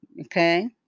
Okay